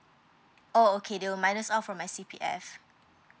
oh okay they will minus off from my C_P_F